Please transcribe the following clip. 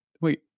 wait